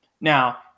Now